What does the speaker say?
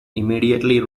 immediately